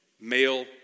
male